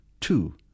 Two